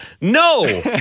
No